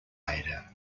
ada